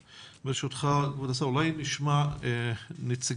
ברשותך כבוד השר, אולי נשמע את נציגת